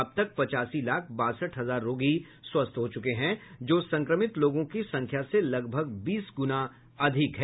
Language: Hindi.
अब तक पचासी लाख बासठ हजार रोगी स्वस्थ हुए हैं जो संक्रमित लोगों की संख्या से लगभग बीस गुना अधिक है